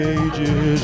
ages